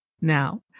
Now